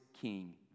King